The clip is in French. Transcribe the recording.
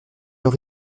leur